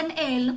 דנאל,